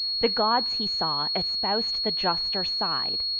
the gods, he saw, espous'd the juster side,